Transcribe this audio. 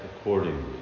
accordingly